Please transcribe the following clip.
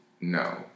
No